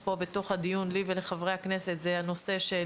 ולחברי הכנסת פה, בתוך הדיון, היא הנושא של